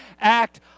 act